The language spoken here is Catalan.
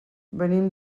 venim